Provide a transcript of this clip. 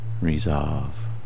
resolve